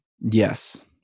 Yes